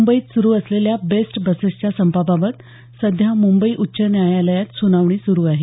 मुंबईत सुरू असलेल्या बेस्ट बसेसच्या संपाबाबत सध्या मुंबई उच्च न्यायालयात सुनावणी सुरू आहे